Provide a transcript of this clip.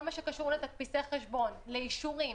כל מה שקשור לתדפיסי חשבון, לאישורים,